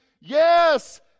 Yes